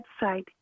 website